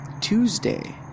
Tuesday